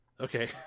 okay